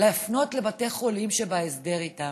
להפנות לבתי חולים שבהסדר איתם.